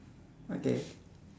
okay